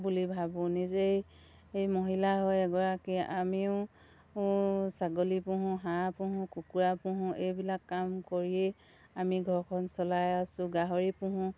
বুলি ভাবোঁ নিজেই এই মহিলা হয় এগৰাকী আমিও ছাগলী পোহোঁ হাঁহ পোহোঁ কুকুৰা পোহোঁ এইবিলাক কাম কৰিয়েই আমি ঘৰখন চলাই আছোঁ গাহৰি পোহোঁ